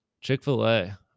chick-fil-a